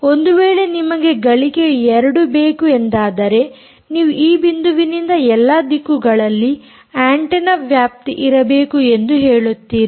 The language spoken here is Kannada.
ಒಂದು ವೇಳೆ ನಿಮಗೆ ಗಳಿಕೆಯು 2 ಬೇಕು ಎಂದಾದರೆ ನೀವು ಈ ಬಿಂದುವಿನಿಂದ ಎಲ್ಲಾ ದಿಕ್ಕುಗಳಲ್ಲಿ ಆಂಟೆನ್ನ ವ್ಯಾಪ್ತಿ ಇರಬೇಕು ಎಂದು ಹೇಳುತ್ತೀರಿ